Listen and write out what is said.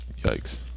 Yikes